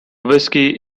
whiskey